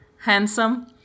handsome